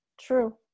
True